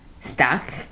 stuck